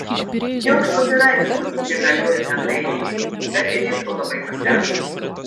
joks kopyraitas turbūt negalioja tam leidiniui bet ir info labai pasenusi